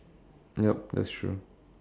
yup that's true